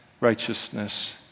righteousness